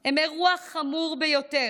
היא אירוע חמור ביותר.